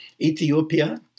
Ethiopia